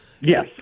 Yes